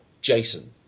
jason